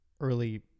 early